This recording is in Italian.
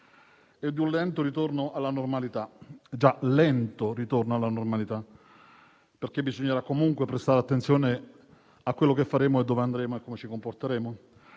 e di un lento ritorno alla normalità. Parlo di lento ritorno alla normalità, perché bisognerà comunque prestare attenzione a quello che faremo, a dove andremo e a come ci comporteremo.